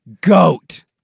goat